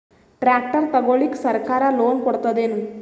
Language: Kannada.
ಟ್ರ್ಯಾಕ್ಟರ್ ತಗೊಳಿಕ ಸರ್ಕಾರ ಲೋನ್ ಕೊಡತದೇನು?